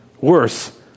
worse